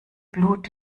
blut